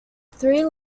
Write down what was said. three